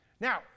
Now